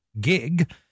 gig